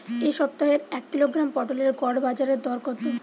এ সপ্তাহের এক কিলোগ্রাম পটলের গড় বাজারে দর কত?